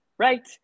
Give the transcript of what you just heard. Right